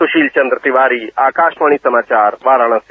सुशील चन्द्र तिवारी आकाशवाणी समाचार वाराणसी